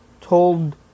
told